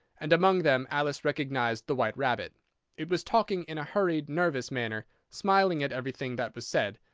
and among them alice recognised the white rabbit it was talking in a hurried, nervous manner, smiling at everything that was said,